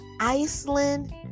Iceland